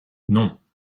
non